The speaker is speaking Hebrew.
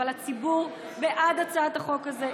אבל הציבור בעד הצעת החוק הזאת.